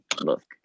look